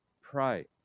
pray